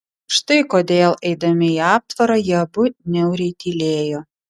štai kodėl eidami į aptvarą jie abu niauriai tylėjo